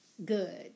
good